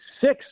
six